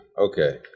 Okay